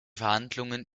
verhandlungen